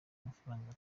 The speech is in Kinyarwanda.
amafaranga